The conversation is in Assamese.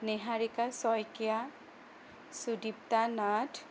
নীহাৰিকা শইকীয়া সুদীপ্তা নাথ